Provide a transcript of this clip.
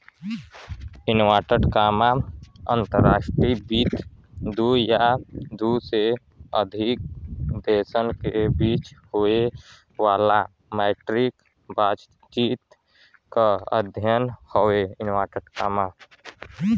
अंतर्राष्ट्रीय वित्त दू या दू से अधिक देशन के बीच होये वाला मौद्रिक बातचीत क अध्ययन हौ